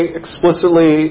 explicitly